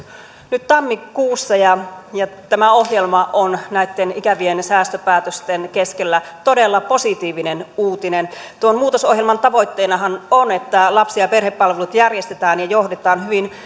nyt tammikuussa ja ja tämä ohjelma on näitten ikävien säästöpäätösten keskellä todella positiivinen uutinen tuon muutosohjelman tavoitteenahan on että lapsi ja perhepalvelut järjestetään ja johdetaan hyvin